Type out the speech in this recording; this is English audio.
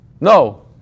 no